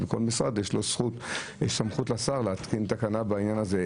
לכל משרד יש סמכות לשר להתקין תקנה בעניין הזה.